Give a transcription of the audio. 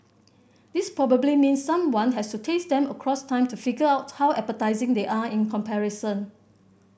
this probably means someone has to taste them across time to figure out how appetising they are in comparison